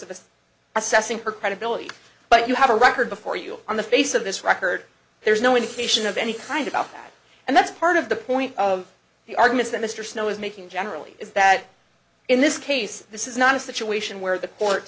of assessing her credibility but you have a record before you on the face of this record there's no indication of any kind about that and that's part of the point of the arguments that mr snow is making generally is that in this case this is not a situation where the court